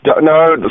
No